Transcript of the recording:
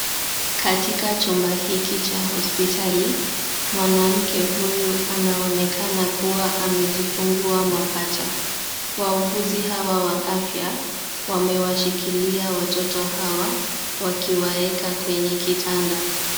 Katika chumba hiki cha hospitali, mwanamke huyu anaonekana kuwa amejifungua mapacha. Wauguzi hawa wa afya, wamewashikilia watoto hawa wakiwaeka kwenye kitanda.